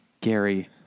Gary